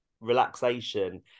relaxation